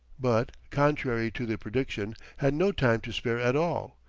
but, contrary to the prediction, had no time to spare at all.